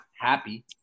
happy